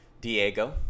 diego